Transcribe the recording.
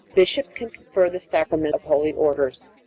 bishops can confer the sacrament of holy orders.